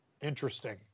Interesting